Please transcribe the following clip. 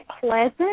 pleasant